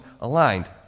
aligned